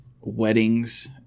weddings